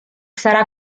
sarà